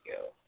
go